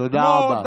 תודה רבה.